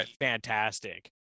fantastic